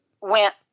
went